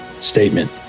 statement